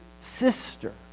sister